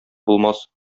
булмас